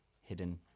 hidden